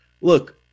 Look